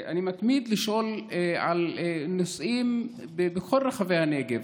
אני מתמיד לשאול על נושאים בכל רחבי הנגב.